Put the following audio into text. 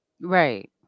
Right